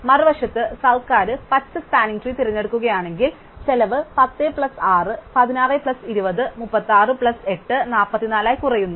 മറുവശത്ത് സർക്കാർ പച്ച സ്പാനിംഗ് ട്രീ തിരഞ്ഞെടുക്കുകയാണെങ്കിൽ ചെലവ് 10 പ്ലസ് 6 16 പ്ലസ് 20 36 ഉം പ്ലസ് 8 44 ആയി കുറയുന്നു